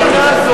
עליך.